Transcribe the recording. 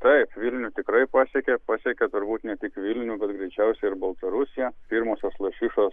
taip vilnių tikrai pasiekė pasiekė turbūt ne tik vilnių bet greičiausiai ir baltarusiją pirmosios lašišos